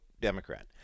Democrat